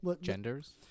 Genders